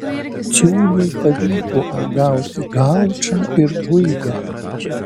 ciūniui pavyko apgauti gaučą ir guigą